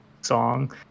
song